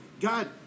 God